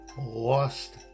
lost